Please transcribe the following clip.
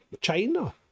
China